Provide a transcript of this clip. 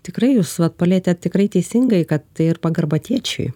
tikrai jūs vat palietėt tikrai teisingai kad tai ir pagarba tėčiui